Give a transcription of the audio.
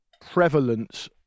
prevalence